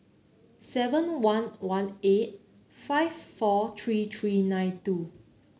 seven one one eight five four three three nine two